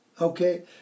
Okay